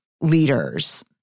leaders